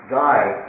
die